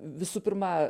visų pirma